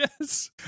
yes